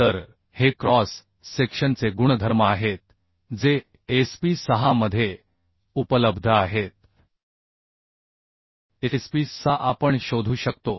तर हे क्रॉस सेक्शनचे गुणधर्म आहेत जे SP 6 मध्ये उपलब्ध आहेत SP 6 आपण शोधू शकतो